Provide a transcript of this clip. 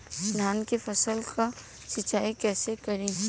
धान के फसल का सिंचाई कैसे करे?